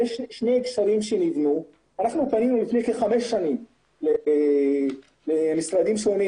אנחנו פנינו לפני כחמש שנים למשרדים שונים